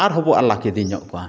ᱟᱨᱦᱚᱸᱵᱚᱱ ᱟᱞᱟᱜ ᱤᱫᱤᱧᱚᱜ ᱠᱚᱣᱟ